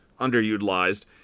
underutilized